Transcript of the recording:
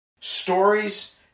stories